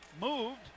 moved